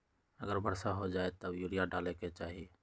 अगर वर्षा हो जाए तब यूरिया डाले के चाहि?